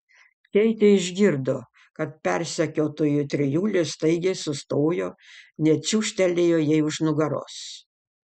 keitė išgirdo kad persekiotojų trijulė staigiai sustojo net čiūžtelėjo jai už nugaros